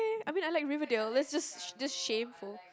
okay I mean I like Riverdale like just just shameful